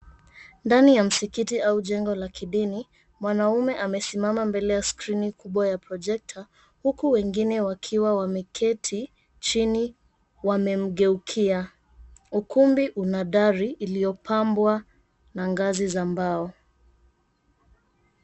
Ndani ya Msikiti au jengo la kidini , mwanaume amesimama mbele ya skrini kubwa ya {cs}projector{cs} huku wengine wakiwa wameketi chini wamemgeukia , ukumbi una dari iliyopambwa na ngazi za mbao.